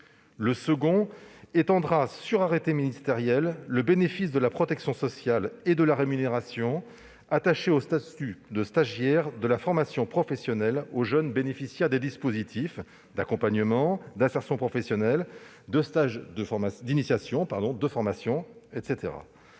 Le second vise à étendre, sur arrêté ministériel, le bénéfice de la protection sociale et de la rémunération attachées au statut de stagiaire de la formation professionnelle aux jeunes bénéficiaires des dispositifs d'accompagnement, d'insertion professionnelle, de stage